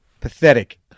Pathetic